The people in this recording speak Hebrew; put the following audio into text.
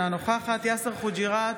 אינה נוכחת יאסר חוג'יראת,